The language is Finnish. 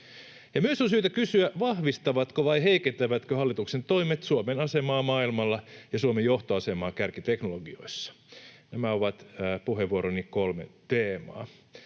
Myös on syytä kysyä, vahvistavatko vai heikentävätkö hallituksen toimet Suomen asemaa maailmalla ja Suomen johtoasemaa kärkiteknologioissa. Nämä ovat puheenvuoroni kolme teemaa: